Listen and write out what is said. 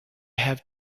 have